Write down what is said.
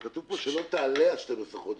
כתוב פה "שלא תעלה על 12 חודשים".